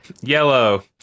yellow